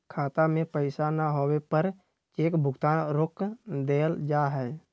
खाता में पैसा न होवे पर चेक भुगतान रोक देयल जा हई